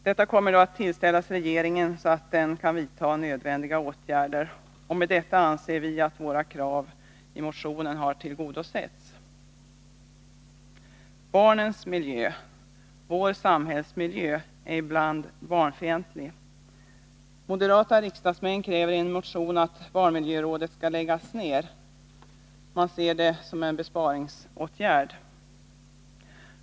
Detta material kommer att tillställas regeringen, så att den kan vidta nödvändiga åtgärder. Med detta anser vi att våra krav i motionen har tillgodosetts. Barnens miljö — vår samhällsmiljö — är ibland barnfientlig. Moderata riksdagsmän kräver i en motion att barnmiljörådet skall läggas ner. Man ser det som en besparingsåtgärd.